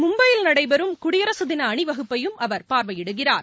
மும்பையில் நடைபெறும் குடியரசு தின அணிவகுப்பையும் அவர் பார்வையிடுவார்